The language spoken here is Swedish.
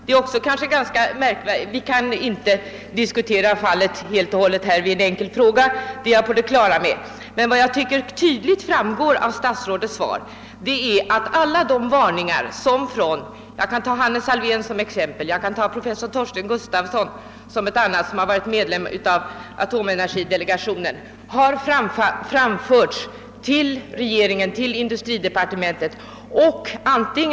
Jag är på det klara med att vi här inte kan diskutera dessa ting i detalj vid besvarandet av min enkla fråga, men jag tycker att det tydligt framgår av statsrådets svar att alla de varningar som exempelvis professorerna Hannes Alfvén och Torsten Gustafson, vilken senare är medlem i atomdelegationen, har framfört till regeringen och industridepartementet har varit förgäves.